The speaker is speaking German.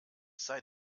sei